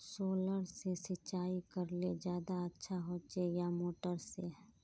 Solar से सिंचाई करले ज्यादा अच्छा होचे या मोटर से?